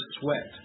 sweat